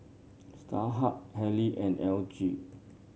Starhub Haylee and L G